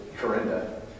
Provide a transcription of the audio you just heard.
Corinda